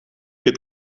het